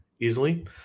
easily